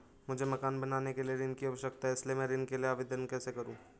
मुझे मकान बनाने के लिए ऋण की आवश्यकता है इसलिए मैं ऋण के लिए आवेदन कैसे करूं?